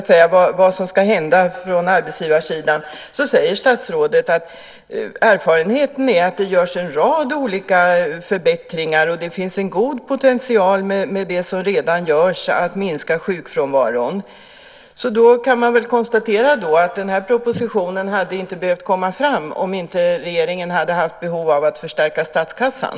Som svar på vad som ska hända på arbetsgivarsidan säger statsrådet att erfarenheten är att det görs en rad olika förbättringar och att med det som redan görs finns det en god potential att minska sjukfrånvaron. Då kan man konstatera att den här propositionen inte hade behövt läggas fram om inte regeringen hade haft behov av att förstärka statskassan.